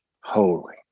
holy